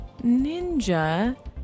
Ninja